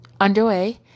underway